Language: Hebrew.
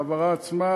ההעברה עצמה,